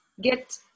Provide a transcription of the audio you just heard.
get